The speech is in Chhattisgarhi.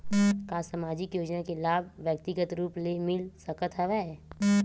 का सामाजिक योजना के लाभ व्यक्तिगत रूप ले मिल सकत हवय?